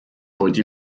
heute